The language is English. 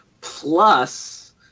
Plus